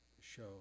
show